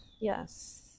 yes